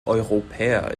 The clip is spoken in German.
europäer